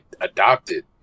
adopted